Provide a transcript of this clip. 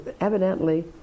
evidently